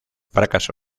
fracasó